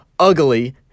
ugly